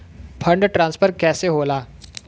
Fund transfer कैसे होला?